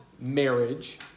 marriage